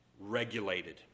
regulated